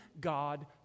God